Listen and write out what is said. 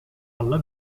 alla